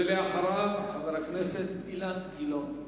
ואחריו, חבר הכנסת אילן גילאון.